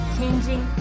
Changing